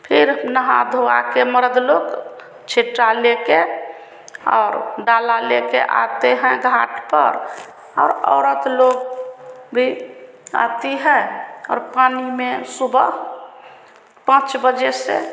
फिर नहा धोआ के मरद लोग छिट्टा लेकर और डाला लेकर आते हैं घाट पर और औरत लोग भी आती है और पानी में सुबह पाँच बजे से